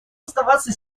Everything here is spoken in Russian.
оставаться